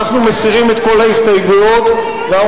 אנחנו מסירים את כל ההסתייגויות ואנחנו